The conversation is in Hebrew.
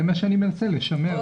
זה מה שאני מנסה לשמר.